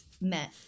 met